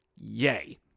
Yay